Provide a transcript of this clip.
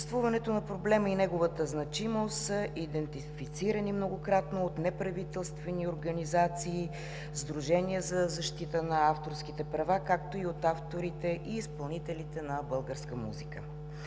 Съществуването на проблема и неговата значимост са идентифицирани многократно от неправителствени организации, сдружения за защита на авторските права, както и от авторите и изпълнителите на българска музика.